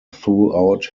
throughout